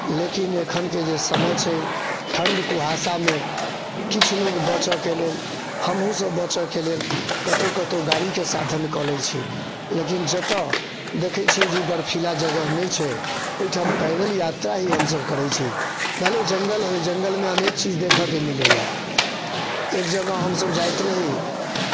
लेकिन एखनके जे समय छै ठण्ड कुहासामे किछु लोक बचयके लेल हमहूँसभ बचयके लेल कतहु कतहु गाड़ीके साधन कऽ लैत छी लेकिन जतय देखैत छी जे ई बर्फीला जगह नहि छै ओहिठाम पैदल यात्रा ही हमसभ करैत छी भले ही जंगल होइ जंगलमे अनेक चीज देखयके मिलैए एक जगह हमसभ जाइत रही